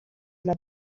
dla